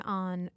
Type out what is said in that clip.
on